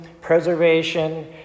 preservation